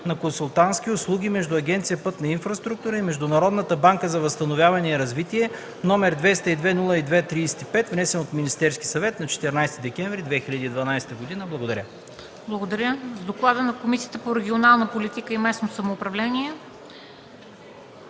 на консултантски услуги между Агенция „Пътна инфраструктура” и Международната банка за възстановяване и развитие, № 202-02-35, внесен от Министерския съвет на 14 декември 2012 г.” Благодаря. ПРЕДСЕДАТЕЛ МЕНДА СТОЯНОВА: Благодаря. Доклад на Комисията по регионална политика и местно самоуправление